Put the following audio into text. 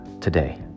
today